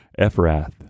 Ephrath